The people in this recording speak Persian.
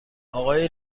آقای